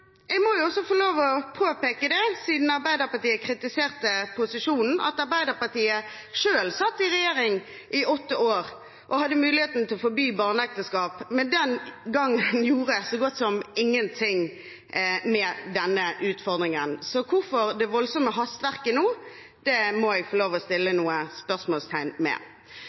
Jeg må også få påpeke, siden Arbeiderpartiet kritiserte posisjonen, at Arbeiderpartiet selv satt i regjering i åtte år og hadde mulighet til å forby barneekteskap, men de gjorde den gangen så godt som ingenting med denne utfordringen. Så hvorfor det voldsomme hastverket nå? Det må jeg få lov til å sette noen spørsmålstegn